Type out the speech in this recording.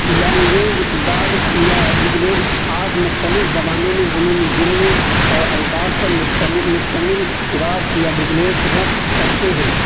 language guides یا booklets آپ مختلف زبانوں میں عمومی جملے اور الفاظ پر مشتمل گارڈس یا بک لیٹ رکھ سکتے ہیں